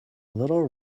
little